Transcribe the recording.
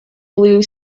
blue